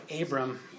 Abram